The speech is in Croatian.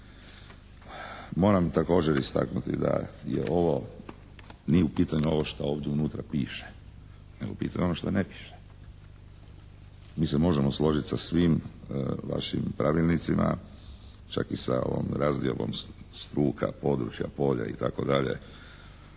Moram također istaknuti da je ovo, nije u pitanju ovo što ovdje unutra piše nego je u pitanju ono što ne piše. Mi se možemo složiti sa svim vašim pravilnicima čak i sa ovom razdiobom struka, područja, polja itd., načinu